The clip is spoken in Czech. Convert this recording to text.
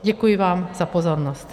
Děkuji vám za pozornost.